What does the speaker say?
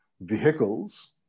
vehicles